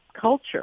culture